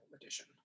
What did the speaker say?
edition